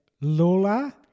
Lola